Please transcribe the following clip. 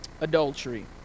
adultery